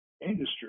industry